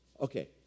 okay